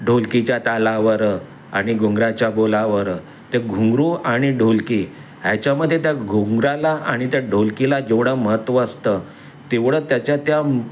ढोलकीच्या तालावर आणि घुंगराच्या बोलावर ते घुंगरू आणि ढोलकी ह्याच्यामध्ये त्या घुंगराला आणि त्या ढोलकीला जेवढं महत्त्व असतं तेवढं त्याच्या त्या